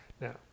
Now